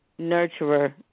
nurturer